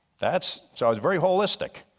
that's so i was very holistic.